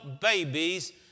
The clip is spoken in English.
babies